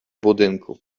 budynku